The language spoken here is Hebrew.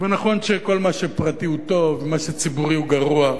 נכון שכל מה שפרטי הוא טוב ומה שציבורי הוא גרוע.